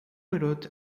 garoto